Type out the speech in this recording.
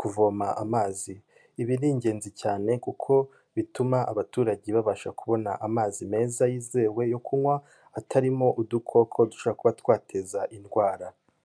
kuvoma amazi. Ibi ni ingenzi cyane kuko bituma abaturage babasha kubona amazi meza yizewe yo kunywa, atarimo udukoko dushobora kuba twateza indwara.